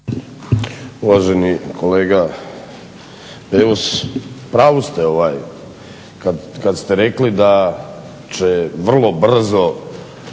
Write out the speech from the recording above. Uvaženi kolega Beus, u pravu ste kad ste rekli da će vrlo brzo